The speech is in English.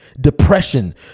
depression